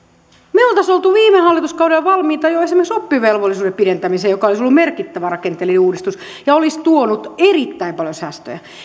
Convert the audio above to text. me olisimme olleet viime hallituskaudella valmiita jo esimerkiksi oppivelvollisuuden pidentämiseen joka olisi ollut merkittävä rakenteellinen uudistus ja olisi tuonut erittäin paljon säästöjä